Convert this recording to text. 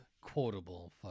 quotable